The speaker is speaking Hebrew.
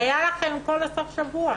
היה לכם את כל הסוף שבוע.